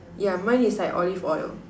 yeah mine is like olive oil